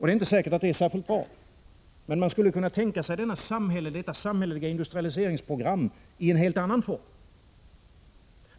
Det är inte säkert att det är särskilt bra. Men man skulle också kunna tänka sig detta samhälleliga industrialiseringsprogram i en helt annan form.